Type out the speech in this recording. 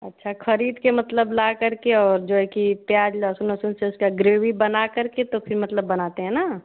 अच्छा खरीद के मतलब लाकर के और जो है कि प्याज़ लहसून वसून से उसका ग्रेवी बनाकर के तो फिर मतलब बनाते हैं ना